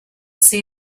see